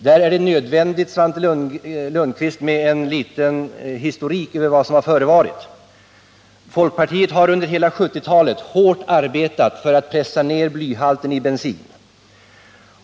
Det är här nödvändigt, Svante Lundkvist, med en liten historik över vad som förevarit. Folkpartiet har under hela 1970-talet hårt arbetat för att minska blyhalten i bensin.